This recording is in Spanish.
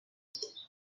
dos